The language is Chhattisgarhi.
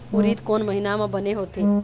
उरीद कोन महीना म बने होथे?